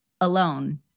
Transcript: alone